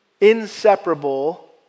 inseparable